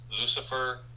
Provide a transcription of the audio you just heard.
Lucifer